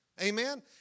Amen